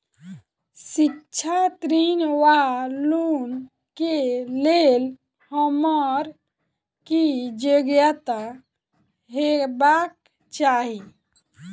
शिक्षा ऋण वा लोन केँ लेल हम्मर की योग्यता हेबाक चाहि?